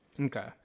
Okay